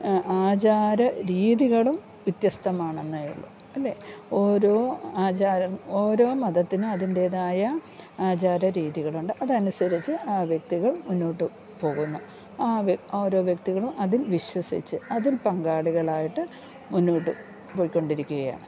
ആചാര രീതികളും വ്യത്യസ്തമാണെന്നെയുള്ളു അല്ലേ ഓരോ ആചാരം ഓരോ മതത്തിനും അതിൻ്റേതായ ആചാര രീതികളുണ്ട് അതനുസരിച്ചു ആ വ്യക്തികൾ മുന്നോട്ട് പോകുന്നു ആ ഓരോ വ്യക്തികളും അതിൽ വിശ്വസിച്ചു അതിൽ പങ്കാളികളായിട്ട് മുന്നോട്ട് പോയിക്കൊണ്ടിരിക്കുകയാണ്